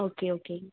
okay ஓகேங்க